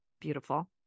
beautiful